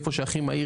איפה שזה הכי יעיל,